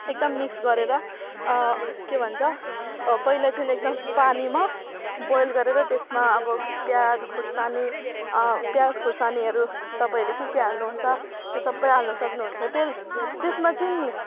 एकदम मिक्स गरेर के भन्छ पहिला चाहिँ एकदम पानीमा बोयल गरेर त्यसमा अब प्याज खोर्सानी प्याज खोर्सानीहरू तपाईँहरूले के के हल्नु हुन्छ त्यो सबौ हाल्नु सक्नु हुन्छ तेल त्यसमा चैँन